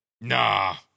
nah